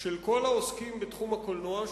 של כל העוסקים בתחום הקולנוע.